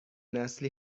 نسلی